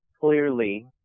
clearly